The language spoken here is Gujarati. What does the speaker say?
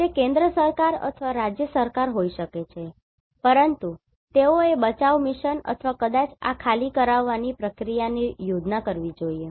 તે કેન્દ્ર સરકાર અથવા રાજ્ય સરકાર હોઈ શકે છે પરંતુ તેઓએ બચાવ મિશન અથવા કદાચ આ ખાલી કરાવવાની પ્રક્રિયાની યોજના કરવી જોઈએ